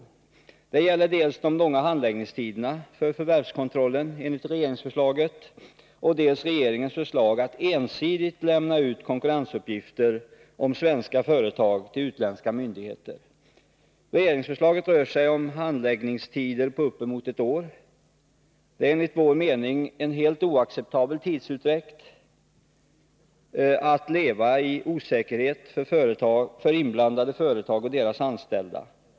Det gäller dels de enligt regeringsförslaget långa handläggningstiderna i fråga om förvärvskontrollen, dels regeringens förslag att man ensidigt skall kunna lämna ut konkurrensuppgifter om svenska företag till utländska myndigheter. I regeringsförslaget rör det sig om handläggningstider på uppemot ett år. Det är enligt vår mening en helt oacceptabel tidsutdräkt. Inblandade företag och deras anställda borde inte behöva leva i osäkerhet under så lång tid.